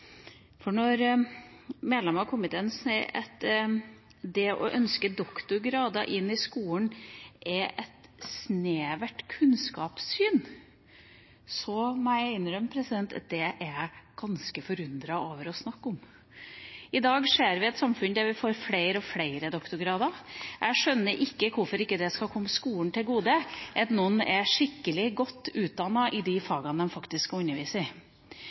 doktorgrad. Når medlemmer av komiteen sier at det å ønske doktorgrader inn i skolen er et «snevert kunnskapssyn», må jeg innrømme at det er jeg ganske forundret over å snakke om. I dag ser vi et samfunn der vi får flere og flere doktorgrader. Jeg skjønner ikke hvorfor det ikke skal komme skolen til gode at noen er skikkelig godt utdannet i de fagene de faktisk skal undervise i.